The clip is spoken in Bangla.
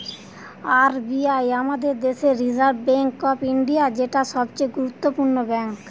আর বি আই আমাদের দেশের রিসার্ভ বেঙ্ক অফ ইন্ডিয়া, যেটা সবচে গুরুত্বপূর্ণ ব্যাঙ্ক